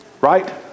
Right